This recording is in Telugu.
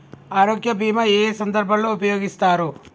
ఆరోగ్య బీమా ఏ ఏ సందర్భంలో ఉపయోగిస్తారు?